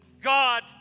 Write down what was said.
God